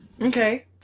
Okay